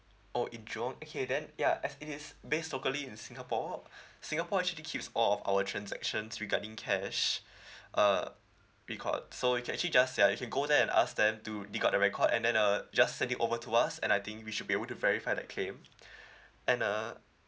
oh in jurong okay then ya as it is based locally in singapore singapore actually keeps all of our transactions regarding cash err record so you can actually just ya you can go there and ask them to you got the record and then uh just send it over to us and I think we should be able to verify that claim and uh